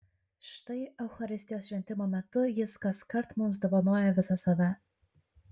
štai eucharistijos šventimo metu jis kaskart mums dovanoja visą save